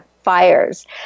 Fires